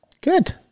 Good